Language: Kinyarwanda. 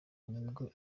nibwo